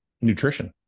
nutrition